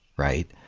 right?